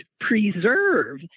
Preserve